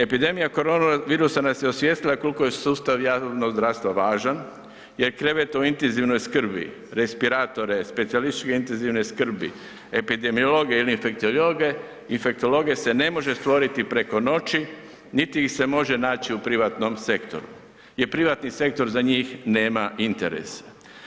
Epidemija koronavirusa nas je osvijestila kolko je sustav javnog zdravstva važan jer krevet u intenzivnoj skrbi, respiratore, specijalističke intenzivne skrbi, epidemiologe i infektologe se ne može stvoriti preko noći, niti ih se može naći u privatnom sektoru jer privatni sektor za njih nema interese.